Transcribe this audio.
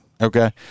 Okay